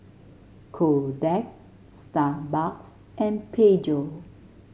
Kodak Starbucks and Peugeot